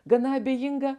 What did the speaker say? gana abejinga